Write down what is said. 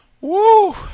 Woo